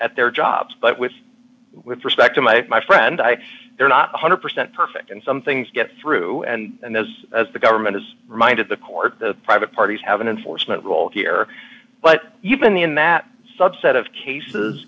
at their jobs but with with respect to my my friend i they're not one hundred percent perfect and some things get through this as the government is reminded the court the private parties have an enforcement role here but you've been in that subset of cases